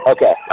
Okay